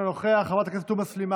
אינו נוכח, חברת הכנסת עאידה תומא סלימאן,